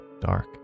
dark